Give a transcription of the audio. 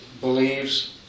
believes